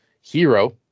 Hero